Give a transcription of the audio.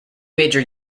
major